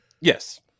Yes